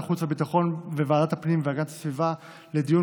החוץ והביטחון וועדת הפנים והגנת הסביבה לדיון